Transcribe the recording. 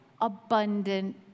abundant